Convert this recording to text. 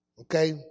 Okay